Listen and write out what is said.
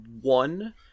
one